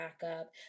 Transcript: backup